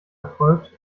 erfolgt